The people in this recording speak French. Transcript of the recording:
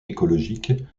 écologique